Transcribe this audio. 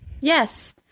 Yes